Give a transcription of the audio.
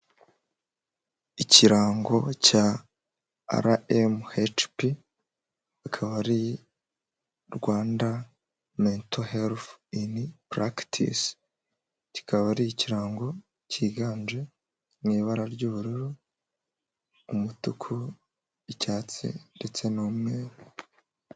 Ikirango cya RMHP, akaba ari "Rwanda Mental Health in Practice", kikaba ari ikirango cyiganje mu ibara ry'ubururu, umutuku, icyatsi ndetse n'umweru.